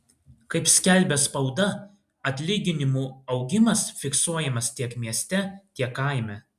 kaip skelbia spauda atlyginimų augimas fiksuojamas tiek mieste tiek kaime